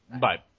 Bye